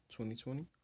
2020